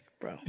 bro